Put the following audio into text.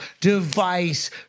device